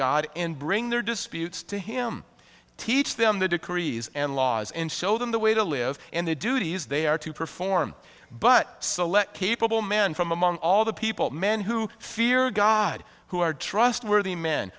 god in bring their disputes to him teach them the decrees and laws and show them the way to live and the duties they are to perform but select capable man from among all the people men who fear god who are trustworthy men